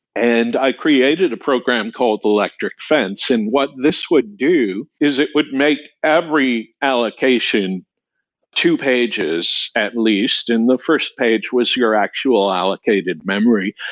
and i created a program called electric fence, and what this would do is it would make every allocation to pages, at least, and the first page was your actual allocated memory.